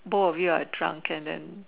both of you are drunk and then